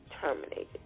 terminated